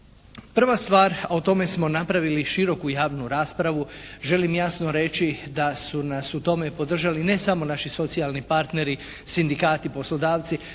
Prva stvar, a o tome smo napravili široku javnu raspravu želim jasno reći da su nas u tome podržali ne samo naši socijalni partneri, sindikati, poslodavci,